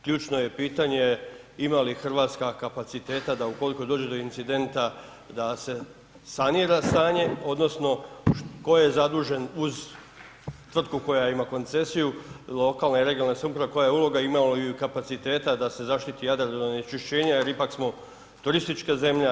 Ključno je pitanje ima li RH kapaciteta da ukoliko dođe do incidenta da se sanira stanje odnosno tko je zadužen uz tvrtku koja ima koncesiju lokalne i regionalne samouprave koja je uloga imala i kapaciteta da se zaštiti Jadran od onečišćenja, jer ipak smo turistička zemlja.